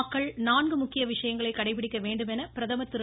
மக்கள் நான்கு முக்கிய விசயங்களை கடைபிடிக்க வேண்டும் என பிரதமர் திரு